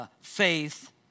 faith